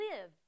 live